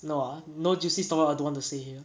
no ah no juicy stories or don't want to say here